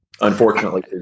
Unfortunately